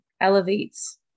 elevates